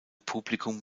publikum